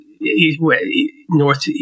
North